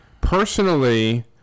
Personally